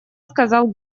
сказал